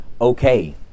okay